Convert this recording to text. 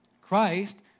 Christ